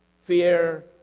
fear